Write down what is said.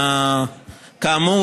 עצם